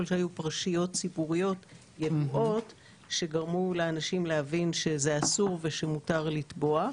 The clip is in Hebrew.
שהיו פרשיות ציבוריות ידועות שגרמו לאנשים להבין שזה אסור ומותר לתבוע.